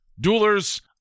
Duelers